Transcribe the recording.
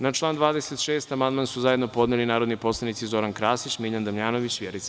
Na član 26. amandman su zajedno podneli narodni poslanici Zoran Krasić, Miljan Damjanović i Vjerica